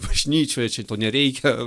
bažnyčioje čia to nereikia